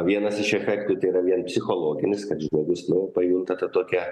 vienas iš efektų tai yra vien psichologinis kad žmogus nu pajunta tą tokią